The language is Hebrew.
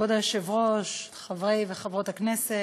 כבוד היושב-ראש, חברי וחברות הכנסת,